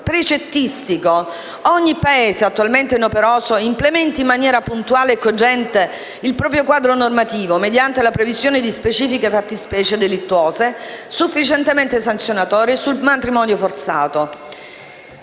precettistico, ogni Paese, attualmente inoperoso, implementi in maniera puntuale e cogente il proprio quadro normativo, mediante la previsione di specifiche fattispecie delittuose, sufficientemente sanzionatorie, sul matrimonio forzato;